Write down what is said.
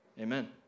Amen